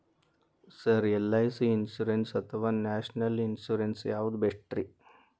Sir LIC insurance ಅಥವಾ national insurance ಯಾವುದು ಬೆಸ್ಟ್ರಿ?